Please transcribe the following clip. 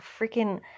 freaking